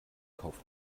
kauf